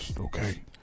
okay